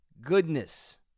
goodness